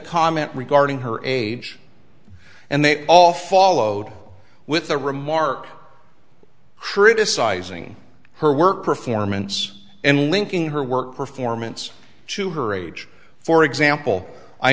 comment regarding her age and they all followed with the remark criticizing her work performance and linking her work performance to her age for example i